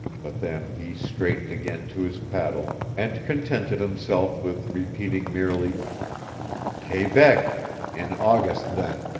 but then he straightened again to his paddle, and contented himself with repeating merely quebec in august, then